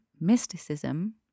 mysticism